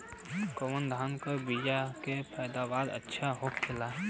कवन धान के बीया के पैदावार अच्छा होखेला?